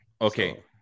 Okay